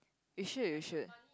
you should you should